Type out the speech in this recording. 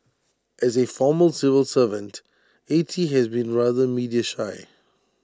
as A former civil servant A T has been rather media shy